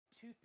Two